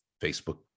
Facebook